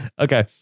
Okay